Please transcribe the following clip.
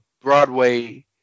Broadway